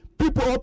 people